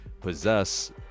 possess